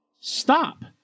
stop